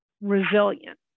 resilient